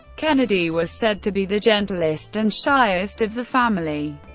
kennedy was said to be the gentlest and shyest of the family,